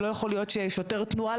שלא יכול להיות ששוטר תנועה,